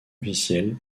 officiels